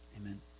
amen